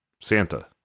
Santa